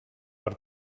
per